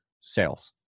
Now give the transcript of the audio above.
sales